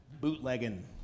bootlegging